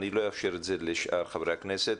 אני לא אאפשר את זה לשאר חברי הכנסת,